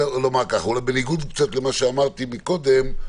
בניגוד קצת למה שאמרתי מקודם,